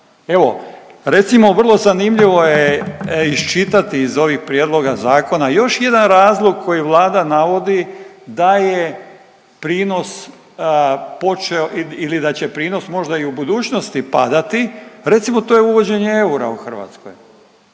Evo recimo vrlo zanimljivo je iščitati iz ovih prijedloga zakona još jedan razlog koji Vlada navodi da je prinos počeo ili, ili da će prinos možda i u budućnosti padati, recimo to je uvođenje eura u Hrvatskoj